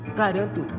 garanto